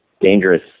dangerous